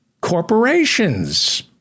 corporations